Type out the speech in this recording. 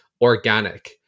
organic